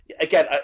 again